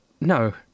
No